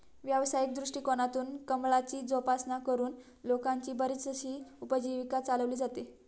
व्यावसायिक दृष्टिकोनातून कमळाची जोपासना करून लोकांची बरीचशी उपजीविका चालवली जाते